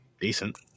decent